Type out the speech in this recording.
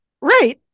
Right